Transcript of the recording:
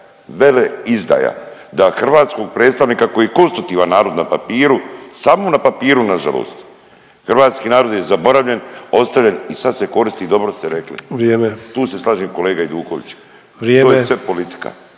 veleizdaja da hrvatskog predstavnika koji je konstruktivan narod na papiru samo na papiru na žalost hrvatski narod je zaboravljen, ostavljen i sad se koristi dobro ste rekli. …/Upadica Sanader: Vrijeme./… Tu se slažem kolega